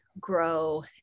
grow